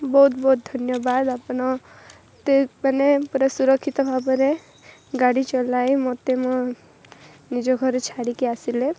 ବହୁତ ବହୁତ ଧନ୍ୟବାଦ ଆପଣ ଏତେ ମାନେ ପୁରା ସୁରକ୍ଷିତ ଭାବରେ ଗାଡ଼ି ଚଲାଇ ମୋତେ ମୋ ନିଜ ଘରେ ଛାଡ଼ିକି ଆସିଲେ